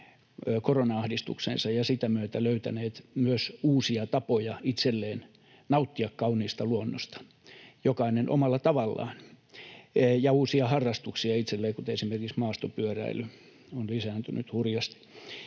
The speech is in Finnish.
korona-ahdistukseensa ja sitä myötä löytäneet myös uusia tapoja itselleen nauttia kauniista luonnosta, jokainen omalla tavallaan, ja uusia harrastuksia itselleen. Esimerkiksi maastopyöräily on lisääntynyt hurjasti.